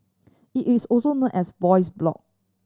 it is also known as a voice blog